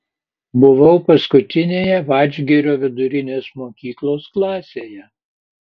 buvau paskutinėje vadžgirio vidurinės mokyklos klasėje